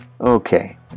Okay